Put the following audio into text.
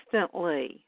instantly